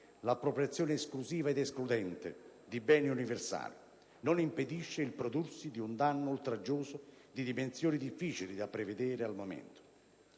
l'appropriazione esclusiva ed escludente di beni universali. Non impediscono il prodursi di un danno oltraggioso di dimensioni difficili da prevedere al momento.